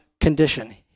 condition